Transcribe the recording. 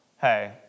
hey